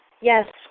Yes